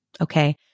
okay